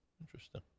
Interesting